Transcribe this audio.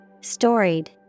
Storied